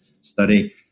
study